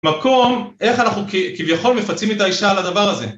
מקום איך אנחנו כביכול מפצים את האישה על הדבר הזה.